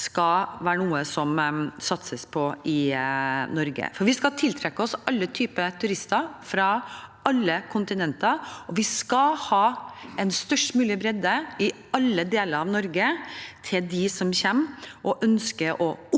skal være noe som satses på i Norge. Vi skal tiltrekke oss alle typer turister, fra alle kontinenter, og vi skal ha en størst mulig bredde i alle deler av Norge til dem som kommer og ønsker å oppleve